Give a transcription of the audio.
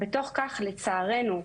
בתוך כך, לצערנו,